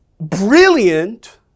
brilliant